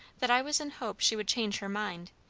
that i was in hope she would change her mind,